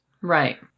Right